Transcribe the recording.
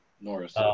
Norris